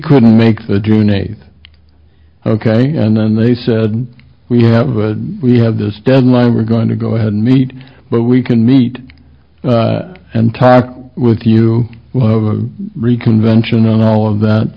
couldn't make the june eighth ok and then they said we have a we have this deadline we're going to go ahead and meet but we can meet and talk with you re convention and all of that